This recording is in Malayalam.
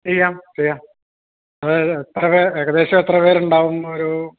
ചെയ്യാം ചെയ്യാം അതായത് എത്ര ഏകദേശം എത്ര പേരുണ്ടാവും ഒരൂ